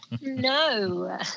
no